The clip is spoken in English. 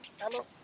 Hello